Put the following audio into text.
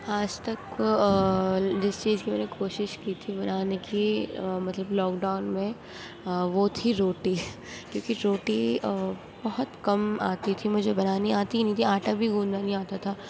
آج تک جس چیز کی میں نے کوشش کی تھی بنانے کی مطلب لاک ڈاؤن میں وہ تھی روٹی کیوںکہ روٹی بہت کم آتی تھی مجھے بنانی آتی ہی نہیں تھی آٹا بھی گوندھنا نہیں آتا تھا